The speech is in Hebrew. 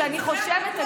שאני חושבת,